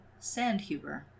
Sandhuber